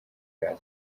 ubumwe